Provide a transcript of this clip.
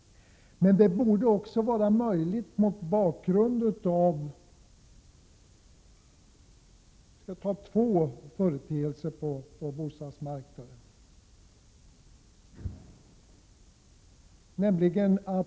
Men det borde också vara möjligt mot bakgrund av två företeelser på bostadsmarknaden som jag vill ta upp.